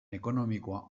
ekonomikoa